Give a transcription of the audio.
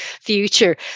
future